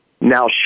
Now